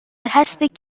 حسب